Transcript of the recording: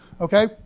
okay